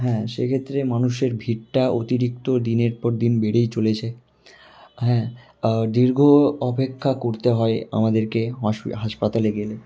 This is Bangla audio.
হ্যাঁ সেক্ষেত্রে মানুষের ভিড়টা অতিরিক্ত দিনের পর দিন বেড়েই চলেছে হ্যাঁ দীর্ঘ অপেক্ষা করতে হয় আমাদেরকে হাসপাতালে গেলে